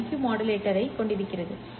Q மாடுலேட்டரைக் கொண்டிருக்கிறது சரி